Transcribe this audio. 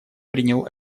принял